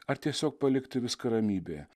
ar tiesiog palikti viską ramybėje